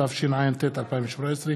התשע"ט 2018,